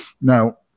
Now